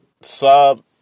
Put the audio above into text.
sub